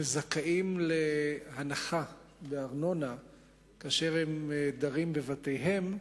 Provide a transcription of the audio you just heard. שזכאים להנחה בארנונה כאשר הם דרים בבתיהם,